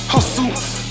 Hustle